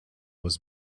was